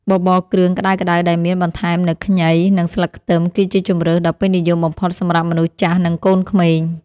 បបរគ្រឿងក្ដៅៗដែលមានបន្ថែមនូវខ្ញីនិងស្លឹកខ្ទឹម គឺជាជម្រើសដ៏ពេញនិយមបំផុតសម្រាប់មនុស្សចាស់និងកូនក្មេង។